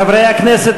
חברי הכנסת,